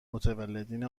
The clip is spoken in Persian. متولدین